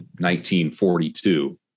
1942